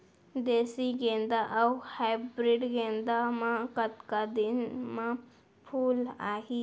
देसी गेंदा अऊ हाइब्रिड गेंदा म कतका दिन म फूल आही?